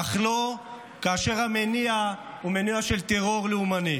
אך לא כאשר המניע הוא מניע של טרור לאומני.